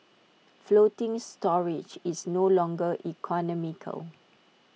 floating storage is no longer economical